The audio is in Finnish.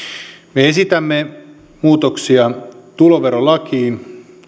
me esitämme muutoksia tuloverolakiin